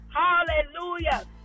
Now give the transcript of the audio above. hallelujah